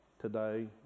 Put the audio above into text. today